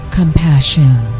compassion